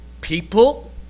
people